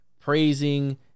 praising